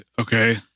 Okay